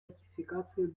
ратификацию